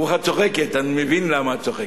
רוחה צוחקת, אני מבין למה את צוחקת.